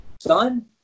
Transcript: son